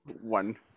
One